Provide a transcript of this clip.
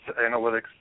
analytics